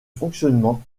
fonctionnement